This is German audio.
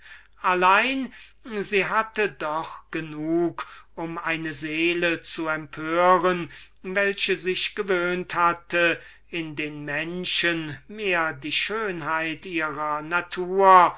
allein sie hatte doch genug um eine seele zu empören die sich gewöhnt hatte in den menschen mehr die schönheit ihrer natur